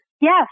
yes